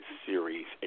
series